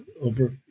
over